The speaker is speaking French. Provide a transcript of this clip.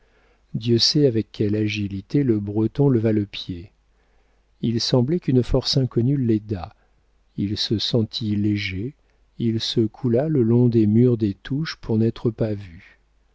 dieu sait avec quelle agilité le breton leva le pied il semblait qu'une force inconnue l'aidât il se sentit léger il se coula le long des murs des touches pour n'être pas vu